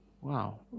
Wow